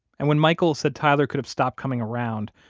and when michael said tyler could have stopped coming around,